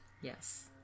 yes